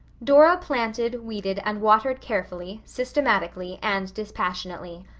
dora planted, weeded, and watered carefully, systematically, and dispassionately.